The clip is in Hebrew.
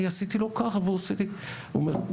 עשיתי לו ככה והוא אומר,